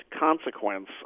consequence